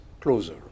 closer